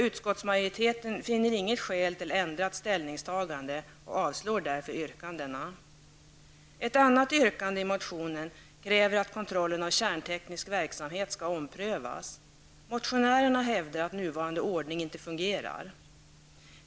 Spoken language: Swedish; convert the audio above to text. Utskottsmajoriteten finner inget skäl till ändrat ställningstagande och avstyrker därför yrkandena. Ett annat yrkande i motionen kräver att kontrollen av kärnteknisk verksamhet skall omprövas. Motionärerna hävdar att nuvarande ordning inte fungerar.